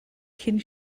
cyn